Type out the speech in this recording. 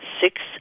six